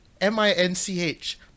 M-I-N-C-H